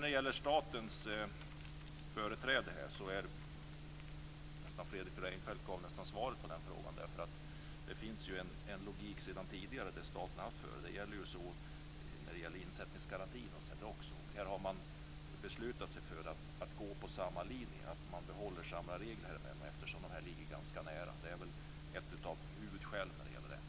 När det gäller statens företräde kom Reinfeldt nästan med svaret på frågan. Det finns en logik sedan tidigare när staten haft företräde. Det gäller insättningsgarantin. Då har man beslutat sig för att gå på samma linje, man behåller samma regler eftersom dessa ligger ganska nära varandra. Det är ett av huvudskälen.